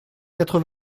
quatre